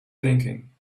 thinking